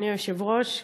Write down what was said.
אדוני היושב-ראש,